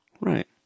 right